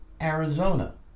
Arizona